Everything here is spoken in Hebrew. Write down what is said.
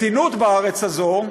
מתינות בארץ הזו,